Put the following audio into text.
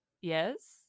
yes